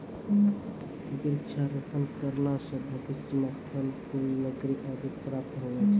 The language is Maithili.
वृक्षारोपण करला से भविष्य मे फल, फूल, लकड़ी आदि प्राप्त हुवै छै